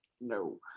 no